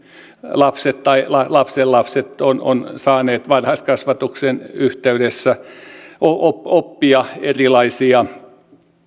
lapset tai lastenlapset ovat saaneet varhaiskasvatuksen yhteydessä oppia erilaisia